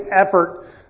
effort